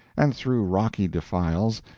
and through rocky defiles,